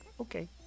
Okay